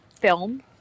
film